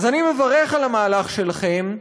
אז אני מברך על המהלך שלכם,